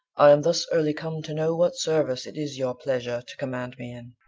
i am thus early come to know what service it is your pleasure to command me in.